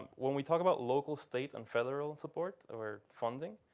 when we talk about local, state, and federal support or funding,